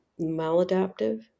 maladaptive